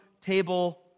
table